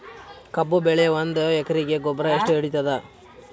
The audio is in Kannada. ಕಬ್ಬು ಬೆಳಿ ಒಂದ್ ಎಕರಿಗಿ ಗೊಬ್ಬರ ಎಷ್ಟು ಹಿಡೀತದ?